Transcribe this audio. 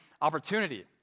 opportunity